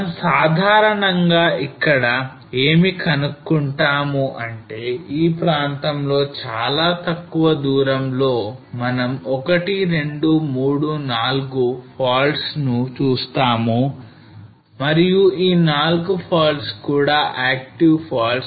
మనం సాధారణంగా ఇక్కడ ఏం కనుక్కున్నామూ అంటే ఈ ప్రాంతం లో చాలా తక్కువ దూరం లో మనం 12 34 faults ను చూసాము మరియు ఈ నాలుగు faults కూడా active faults